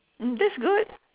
that's good